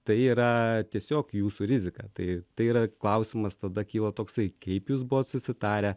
tai yra tiesiog jūsų rizika tai yra klausimas tada kyla toksai kaip jūs buvot susitarę